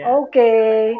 okay